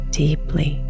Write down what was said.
deeply